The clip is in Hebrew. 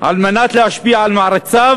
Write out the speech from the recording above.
על מנת להשפיע על מעריציו,